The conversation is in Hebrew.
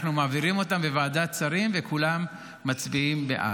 אנחנו מעבירים אותם בוועדת שרים וכולם מצביעים בעד.